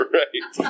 right